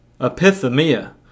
epithemia